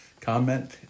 comment